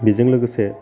बेजों लोगोसे